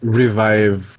revive